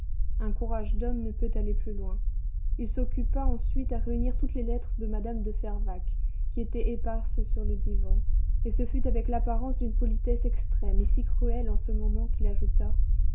un courage d'homme ne peut aller plus loin il s'occupa ensuite à réunir toutes les lettres de mme de fervaques qui étaient éparses sur le divan et ce fut avec l'apparence d'une politesse extrême et si cruelle en ce moment qu'il ajouta